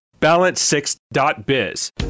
Balance6.biz